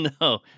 No